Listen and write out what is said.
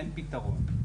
אין פתרון.